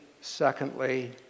secondly